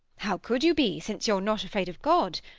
how could you be, since you're not afraid of god?